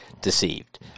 deceived